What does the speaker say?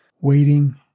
waiting